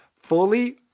fully